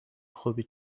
خوبی